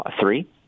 three